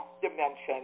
dimension